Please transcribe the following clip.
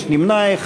יש נמנע אחד.